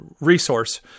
resource